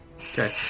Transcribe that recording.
Okay